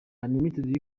unlimited